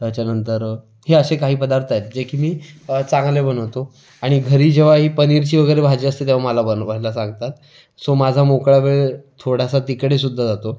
त्याच्यानंतर हे असे काही पदार्थ आहेत जे की मी चांगले बनवतो आणि घरी जेव्हा आई पनीरची वगैरे भाजी असते तेव्हा मला बनवायला सांगतात सो माझा मोकळा वेळ थोडासा तिकडे सुद्धा जातो